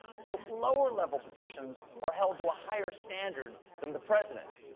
so, lower level positions are held to a higher standard than the president.